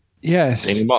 Yes